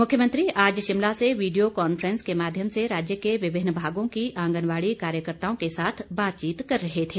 मुख्यमंत्री आज शिमला से वीडियो कॉनफ्रेंस के माध्यम से राज्य के विभिन्न भागों की आंगनबाड़ी कार्यकर्ताओं के साथ बातचीत कर रहे थे